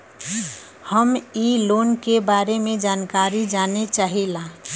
हम इ लोन के बारे मे जानकारी जाने चाहीला?